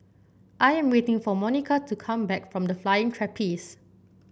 I am waiting for Monika to come back from The Flying Trapeze